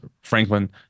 Franklin